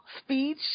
speech